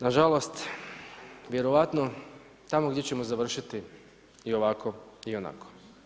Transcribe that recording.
Nažalost, vjerojatno tamo gdje ćemo završiti i ovako i onako.